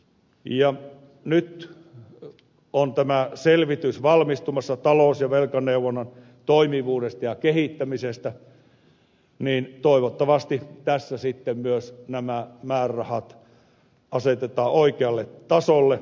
kun nyt on tämä selvitys valmistumassa talous ja velkaneuvonnan toimivuudesta ja kehittämisestä niin toivottavasti tässä sitten myös nämä määrärahat asetetaan oikealle tasolle